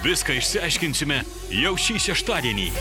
viską išsiaiškinsime jau šį šeštadienį